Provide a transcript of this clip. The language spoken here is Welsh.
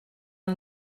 ond